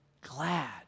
glad